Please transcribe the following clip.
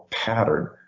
Pattern